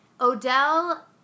Odell